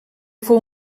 fou